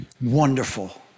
Wonderful